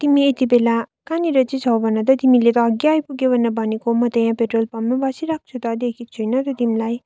तिमा यति बेला कहाँनिर चाहिँ छौ भन त तिमीले त अघि आइपुग्यो भनेको म त यहाँ पेट्रोल पम्पमा बसिरहेको छु त देखेको छुइनँ त तिमीलाई